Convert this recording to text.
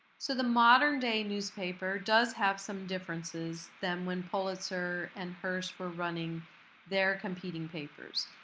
so the modern day newspaper does have some differences then when pulitzer and hearst were running their competing papers.